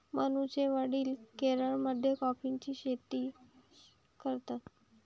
मनूचे वडील केरळमध्ये कॉफीची शेती करतात